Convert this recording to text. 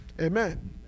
Amen